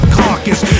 carcass